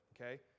okay